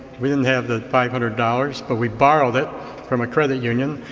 we didn't have the five hundred dollars, but we borrowed it from a credit union.